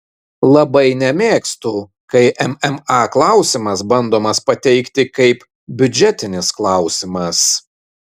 labai nemėgstu kai mma klausimas bandomas pateikti kaip biudžetinis klausimas